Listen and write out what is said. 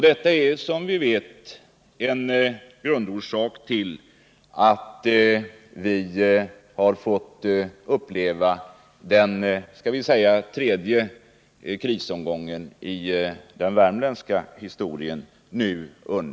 Detta är som vi vet en grundorsak till att vi nu under slutet av 1970-talet har fått uppleva den tredje krisomgången i den värmländska historien.